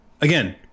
Again